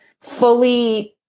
fully